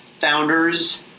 Founders